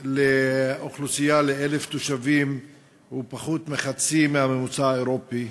לאוכלוסייה ל-1,000 תושבים הוא פחות מחצי מהממוצע האירופי,